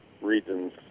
regions